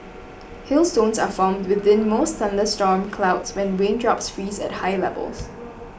hailstones are formed within most thunderstorm clouds when raindrops freeze at high levels